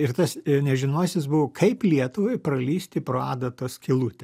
ir tas nežinomasis buvo kaip lietuvai pralįsti pro adatos skylutę